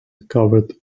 covered